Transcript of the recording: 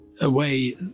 away